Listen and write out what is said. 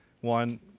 one